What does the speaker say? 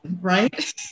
right